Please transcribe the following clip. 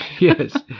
Yes